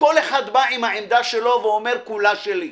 וכל אחד בא עם העמדה שלו ואומר כולה שלי.